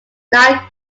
nine